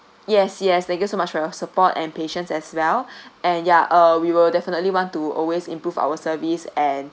yes yes thank you so much for your support and patience as well and ya uh we will definitely want to always improve our service and